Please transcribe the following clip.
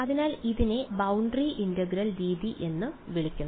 അതിനാൽ ഇതിനെ boundary integral രീതി എന്ന് വിളിക്കും